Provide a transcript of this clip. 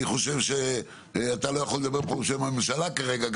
אני חושב שאתה לא יכול לדבר בשם הממשלה כרגע,